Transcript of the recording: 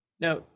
Now